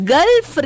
Gulf